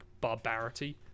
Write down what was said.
barbarity